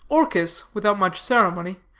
orchis, without much ceremony,